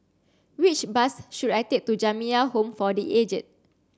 which bus should I take to Jamiyah Home for the Aged